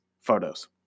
photos